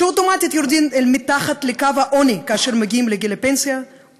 שאוטומטית יורדים אל מתחת לקו העוני כאשר הם מגיעים לגיל הפנסיה,